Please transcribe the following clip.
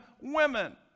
women